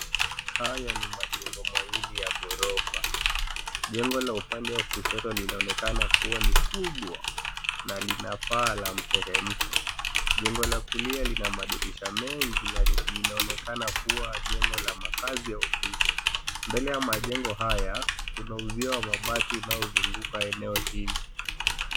Haya ni majengo mawili ya gorofa jengo la upande wa kushoto linaonekana kuwa ni kubwa na lina paa la mteremko. Jengo la kulia lina madirisha mengi yanaonekana, kuwa jengo la makazi au ofisi. Mbele ya majengo haya kuna uzio wa mabati unaozunguka eneo hili.